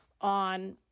on